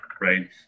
right